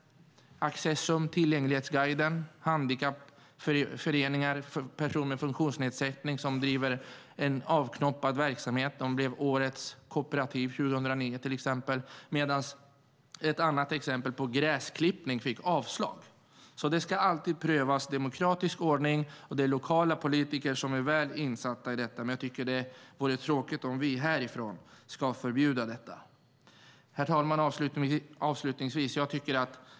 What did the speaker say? Accessum, med tillgänglighetsguiden, är en handikappförening för personer med funktionsnedsättning som driver en avknoppad verksamhet. Den blev årets kooperativ 2009. Ett annat exempel är gräsklippning som fick avslag. Sådant här ska alltid prövas i demokratisk ordning av lokala politiker som är väl insatta, och det vore tråkigt om vi ska förbjuda detta härifrån. Herr talman!